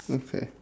okay